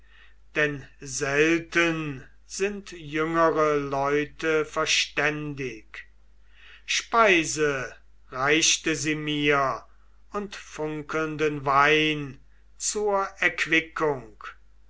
denn selten sind jüngere leute verständig speise reichte sie mir und funkelnden wein zur